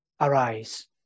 Arise